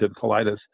colitis